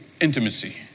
intimacy